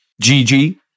Gigi